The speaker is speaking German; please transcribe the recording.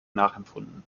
nachempfunden